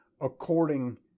according